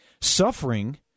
Suffering